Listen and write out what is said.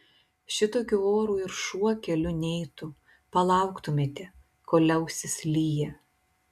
šitokiu oru ir šuo keliu neitų palauktumėte kol liausis liję